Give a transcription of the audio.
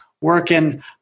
working